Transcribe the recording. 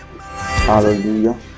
hallelujah